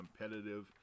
competitive